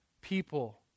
people